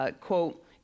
quote